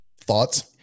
Thoughts